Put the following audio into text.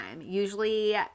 Usually